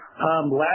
last